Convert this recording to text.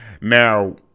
Now